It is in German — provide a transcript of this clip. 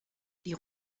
die